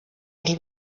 els